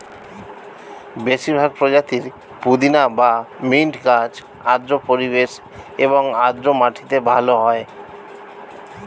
বেশিরভাগ প্রজাতির পুদিনা বা মিন্ট গাছ আর্দ্র পরিবেশ এবং আর্দ্র মাটিতে ভালো হয়